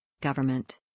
Government